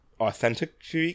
authentic